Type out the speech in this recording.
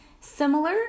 similar